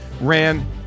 ran